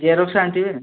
xerox ଆଣିଥିବେ